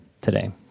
today